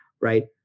right